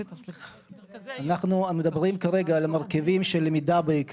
אנחנו מדברים כרגע על המרכיבים של למידה.